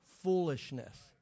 foolishness